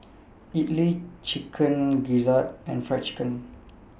Idly Chicken Gizzard and Fried Chicken